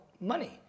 money